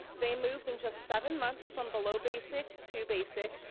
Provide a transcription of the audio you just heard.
they moved in just seven months from below basic to basic,